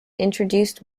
introduced